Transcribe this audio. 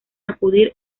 acudir